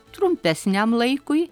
trumpesniam laikui